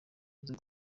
avuze